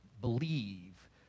Believe